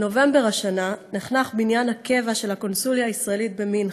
בנובמבר השנה נחנך בניין הקבע של הקונסוליה הישראלית במינכן,